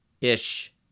ish